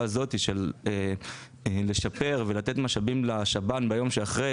הזאת של לשפר ולתת משאבים לשב"ן ביום שאחרי,